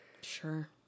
Sure